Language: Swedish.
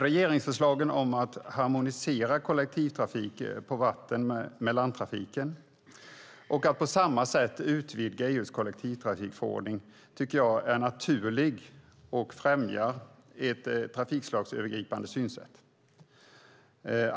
Regeringsförslagen om att harmonisera kollektivtrafik på vatten med landtrafik och att på samma sätt utvidga EU:s kollektivtrafikförordning tycker jag är naturlig och främjar ett trafikslagsövergripande synsätt.